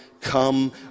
come